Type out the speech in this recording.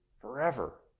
forever